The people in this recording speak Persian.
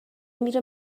میره